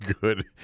good